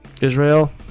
Israel